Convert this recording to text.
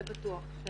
זה בטוח.